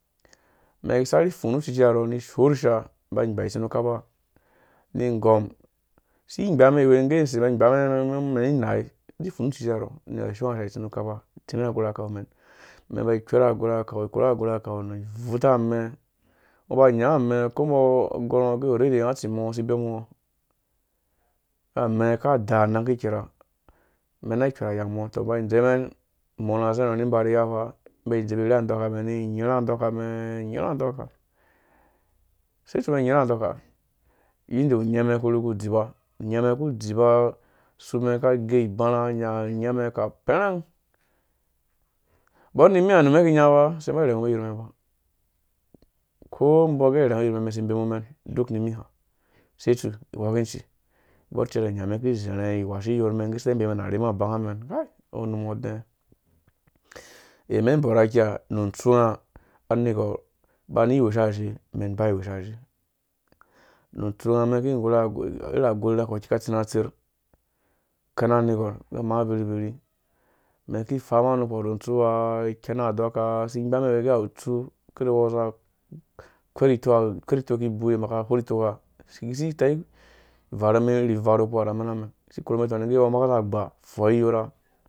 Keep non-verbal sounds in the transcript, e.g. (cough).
Umɛn isaki ishoor isha igba umɛn isaki ifu nu ucuci arhe ni ishoor isha ni igɔm isi igbanmɛn iwei ige use umɛn igbamen inainai idɛ ifu nu ucuciharo uner har ae ashoor ha. itsimɛn agwerha kau mɛn, umɛn imba a ikwer a gwerha kau, ikwer agwerha kau ni imbvuta ami uba uyango amɛ uko umbo aba agɔrngo age utsi irhim ungo usi ibemungo amɛ aka ada anengke ikera, umɛn ina ikwer anyang umi uto umɛn imba idzemɛn umɔ ra az. ha ini iba ni iya faa umen indzir irhi udɔkamen inyirha adokamɛn injirha adoka isi ipfuro inya andɔka, inde unyemɛn kudzipa unyɛmɛn uku dzipa asumen aka gai ibarha uyaa unru mɛn ka perhang (unintelligible) wko umbɔ age urhengu iyor isi imbemu mɛn, uduk nimiha use utsu iwuciki unya ucere umen ki izarha iwashi iyormɛn isi ibeemen udɛma rhima abanga mɛn, whe! Anum ungo udɛɛ eue umɛn ikimbere akia nu untsua anergwar aba ani iwosha azhe, umen iwosha azhe nu utsunga umɛn iki ini nggwerha ako ce aka tirha tser ikɛm anergwar nu utsuuhaa, ikɛn adokaaisi igbamɛn iwei agɛ awu utsu kada uwo azia akwer itok iki ibewe umbo aka kwer itok umi isi itai ivarhumen irhi uvarhu kperea na amena mɛn, isi kurhu mɛn utunani uwere ameka aba atoi iyorha